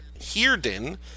Heerden